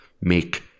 make